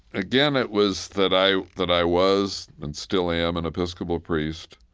again, it was that i that i was and still am an episcopal priest,